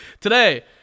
Today